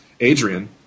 Adrian